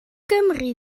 gymri